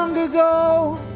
and the